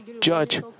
judge